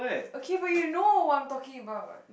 okay but you know what I'm talking about